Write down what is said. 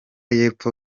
yepfo